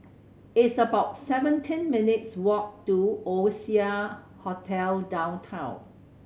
it's about seventeen minutes' walk to Oasia Hotel Downtown